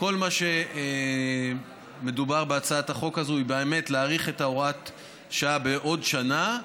כל מה שמדובר בו בהצעת החוק הזאת הוא להאריך את הוראת השעה בעוד שנה,